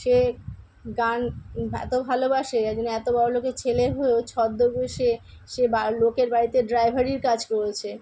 সে গান এতো ভালোবাসে যার জন্য এতো বড়োলোকের ছেলে হয়েও ছদ্মবেশে সে বা লোকের বাড়িতে ড্রাইভারির কাজ করেছে